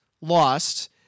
lost